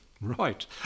Right